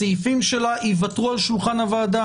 הסעיפים שלה יוותרו על שולחן הוועדה.